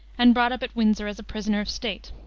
and brought up at windsor as a prisoner of state.